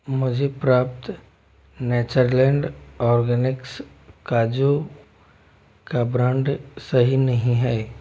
मुझे प्राप्त Natureland Organics काजू का ब्रांड सही नहीं है